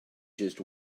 just